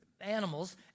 animals